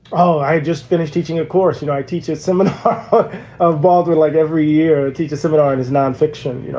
oh i just finished teaching a course. you know, i teach a seminar but of baldwin, like every year, teach a seminar in his nonfiction, you know,